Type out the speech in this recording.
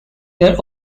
their